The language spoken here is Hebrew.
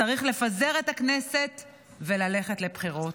צריך לפזר את הכנסת וללכת לבחירות.